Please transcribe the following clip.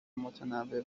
متنوع